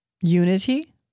unity